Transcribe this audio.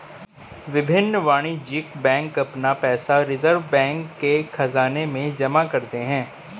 विभिन्न वाणिज्यिक बैंक अपना पैसा रिज़र्व बैंक के ख़ज़ाने में जमा करते हैं